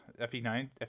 fe9